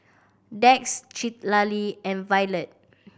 Dax Citlali and Violet